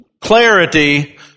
clarity